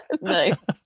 Nice